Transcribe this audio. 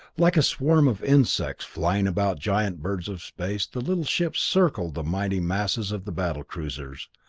like a swarm of insects flying about giant birds of space the little ships circled the mighty masses of the battle cruisers.